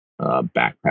backpack